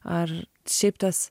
ar šiaip tas